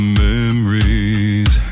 memories